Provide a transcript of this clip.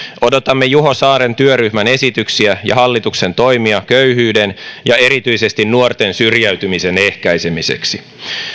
odotamme juho saaren työryhmän esityksiä ja hallituksen toimia köyhyyden ja erityisesti nuorten syrjäytymisen ehkäisemiseksi